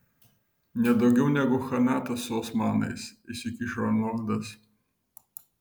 nedaugiau negu chanatas su osmanais įsikišo arnoldas